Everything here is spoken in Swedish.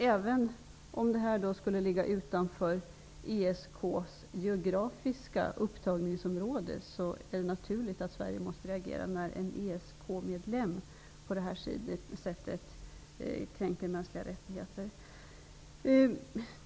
Även om detta område ligger utanför ESK:s geografiska upptagningsområde, är det naturligt att Sverige måste reagera när en ESK-medlem på det här sättet kränker mänskliga rättigheter.